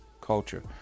culture